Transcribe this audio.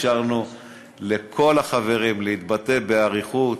אפשרנו לכל החברים להתבטא באריכות,